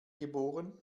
geboren